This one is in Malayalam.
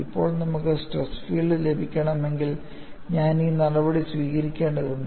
ഇപ്പോൾ നമുക്ക് സ്ട്രെസ് ഫീൽഡ് ലഭിക്കണമെങ്കിൽ ഞാൻ ഈ നടപടി സ്വീകരിക്കേണ്ടതുണ്ട്